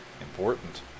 important